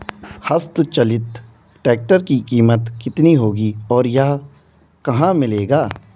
हस्त चलित ट्रैक्टर की कीमत कितनी होगी और यह कहाँ मिलेगा?